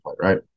right